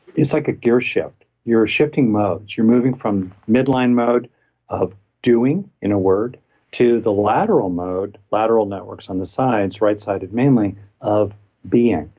it's like a gear shift. you're shifting modes, you're moving from midline mode of doing in a word to the lateral mode, lateral networks on the sides, right-sided mainly of being.